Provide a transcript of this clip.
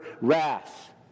wrath